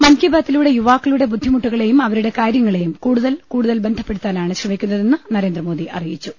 മൻകി ബാതിലൂടെ യുവാക്കളുടെ ബുദ്ധിമുട്ടുക ളെയും അവരുടെ കാര്യങ്ങളെയും കൂടുതൽ കൂടുതൽ ബന്ധപ്പെടുത്താ നാണ് ശ്രമിക്കുന്നതെന്ന് നരേന്ദ്രമോദി അറിയിച്ചു